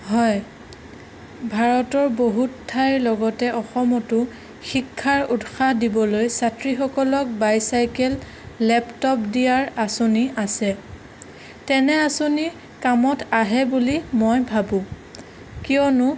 হয় ভাৰতৰ বহুত ঠাইৰ লগতে অসমতো শিক্ষাৰ উৎসাহ দিবলৈ ছাত্ৰীসকলক বাইচাইকেল লেপটপ দিয়াৰ আঁচনি আছে তেনে আঁচনি কামত আহে বুলি মই ভাবোঁ কিয়নো